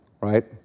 right